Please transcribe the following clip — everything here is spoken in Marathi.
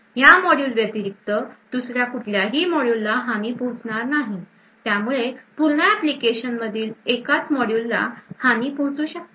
ह्या मॉड्यूल व्यतिरिक्त दुसऱ्या कुठल्याही मॉड्यूलला हानी पोहोचणार नाही त्यामुळे पूर्ण ऍप्लिकेशन मधील एकाच मॉड्यूलला हानी पोहोचू शकते